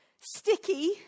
sticky